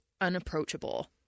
unapproachable